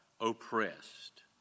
oppressed